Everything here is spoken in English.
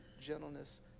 gentleness